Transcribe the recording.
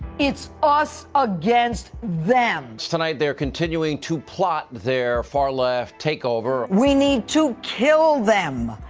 it's us against them. tonight they're continuing to plot their far left takeover we need to kill them,